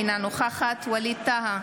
אינה נוכחת ווליד טאהא,